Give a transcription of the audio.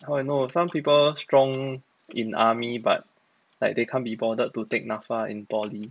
how I know some people strong in army but like they can't be bothered to take NAPFA in poly